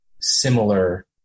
similar